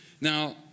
Now